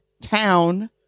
town